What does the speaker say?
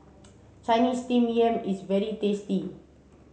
Chinese steamed yam is very tasty